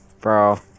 bro